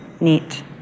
neat